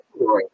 right